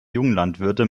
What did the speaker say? junglandwirte